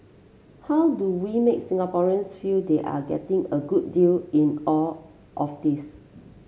how do we make Singaporeans feel they are getting a good deal in all of this